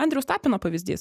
andriaus tapino pavyzdys